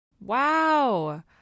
Wow